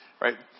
Right